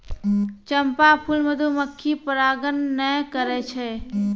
चंपा फूल मधुमक्खी परागण नै करै छै